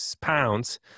pounds